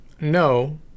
no